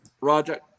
Roger